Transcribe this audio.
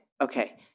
Okay